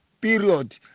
period